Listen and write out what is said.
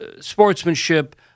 sportsmanship